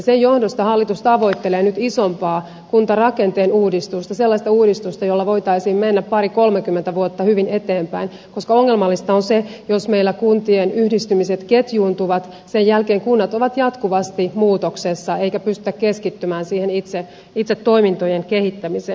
sen johdosta hallitus tavoittelee nyt isompaa kuntarakenteen uudistusta sellaista uudistusta jolla voitaisiin mennä parikolmekymmentä vuotta hyvin eteenpäin koska ongelmallista on se että jos meillä kuntien yhdistymiset ketjuuntuvat sen jälkeen kunnat ovat jatkuvasti muutoksessa eikä pystytä keskittymään siihen itse toimintojen kehittämiseen